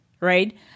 right